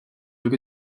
ülke